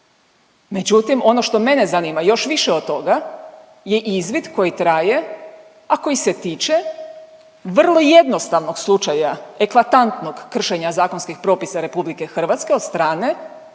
Međutim ono što mene zanima još više od toga je izvid koji traje, a koji se tiče vrlo jednostavnog slučaja eklatantnog kršenja zakonskih propisa RH od strane